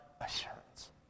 assurance